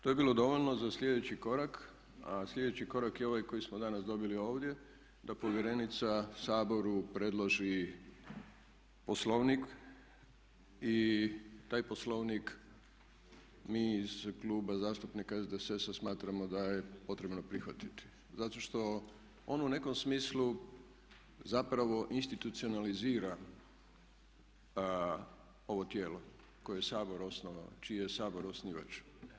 To je bilo dovoljno za sljedeći korak a sljedeći korak je ovaj koji smo danas donijeli ovdje da povjerenica Saboru predloži poslovnik i taj poslovnik mi iz Kluba zastupnika SDSS-a smatramo da je potrebno prihvatiti zato što ono u nekom smislu zapravo institucionalizira ovo tijelo koje je Sabor osnovao, čiji je Sabor osnivač.